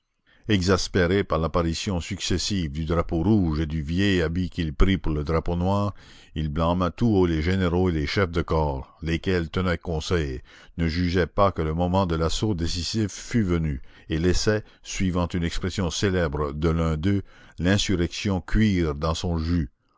exaspéré par l'apparition successive du drapeau rouge et du vieil habit qu'il prit pour le drapeau noir il blâmait tout haut les généraux et les chefs de corps lesquels tenaient conseil ne jugeaient pas que le moment de l'assaut décisif fût venu et laissaient suivant une expression célèbre de l'un d'eux l'insurrection cuire dans son jus